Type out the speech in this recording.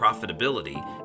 profitability